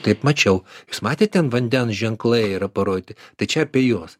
taip mačiau jūs matėt ten vandens ženklai yra parodyti tai čia apie juos